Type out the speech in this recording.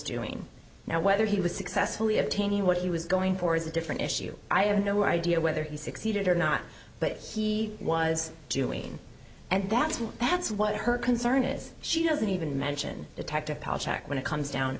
doing now whether he was successfully obtaining what he was going for is a different issue i have no idea whether he succeeded or not but he was doing and that's what that's what her concern is she doesn't even mention detective pal jack when it comes down